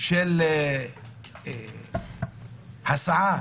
של הסעה